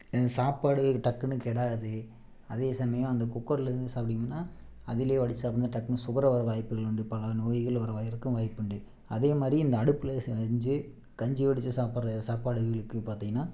சாப்பாடு டக்குன்னு கெடாது அதே சமயம் அந்த குக்கர்லேருந்து சாப்பிட்டிங்கன்னா அதுலேயே வடித்து சாப்புட்றனால டக்குன்னு சுகர் வர வாய்ப்புகள் உண்டு பல நோய்கள் வர வாய்ப்புண்டு அதே மாதிரி இந்த அடுப்புலேயே செஞ்சு கஞ்சி வடித்து சாப்பிட்ற சாப்பாடுகளுக்கு பார்த்திங்கன்னா